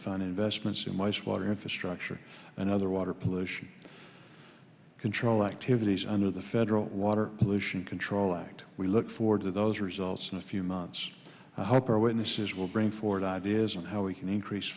fund investments in mice water infrastructure and other water pollution control activities under the federal water pollution control act we look forward to those results in a few months harper witnesses will bring forward ideas on how we can increase